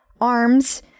arms